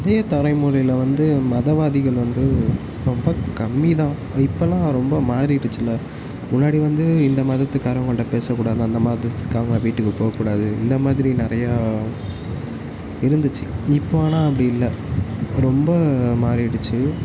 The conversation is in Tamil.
புதிய தறைமுறையில் வந்து மதவாதிகள் வந்து ரொம்ப கம்மி தான் இப்போல்லாம் ரொம்ப மாறிடுச்சுல முன்னாடி வந்து இந்த மதத்துக்காரவங்கள்ட்ட பேசக்கூடாது அந்த மதத்துட்காரங்க வீட்டுக்கு போகக்கூடாது இந்த மாதிரி நிறையா இருந்துச்சு இப்போது ஆனால் அப்படி இல்லை ரொம்ப மாறிடுச்சு